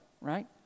Right